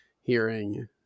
hearing